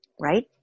Right